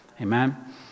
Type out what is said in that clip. Amen